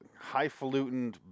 highfalutin